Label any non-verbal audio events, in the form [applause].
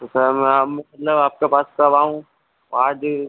तो सर [unintelligible] मतलब आपके पास कब आऊँ आज